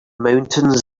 mountains